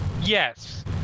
Yes